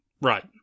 right